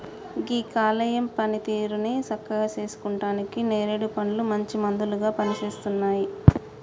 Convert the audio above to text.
గీ కాలేయం పనితీరుని సక్కగా సేసుకుంటానికి నేరేడు పండ్లు మంచి మందులాగా పనిసేస్తున్నాయి